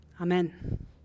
Amen